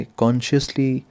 consciously